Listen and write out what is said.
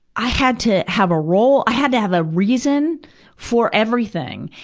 i had to have a role, i had to have a reason for everything.